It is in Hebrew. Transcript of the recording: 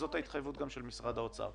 זאת גם ההתחייבות של משרד האוצר.